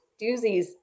doozies